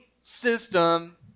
system